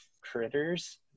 critters